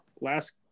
last